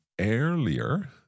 earlier